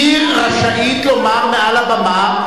היא רשאית לומר מעל הבמה,